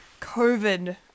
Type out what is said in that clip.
COVID